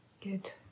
good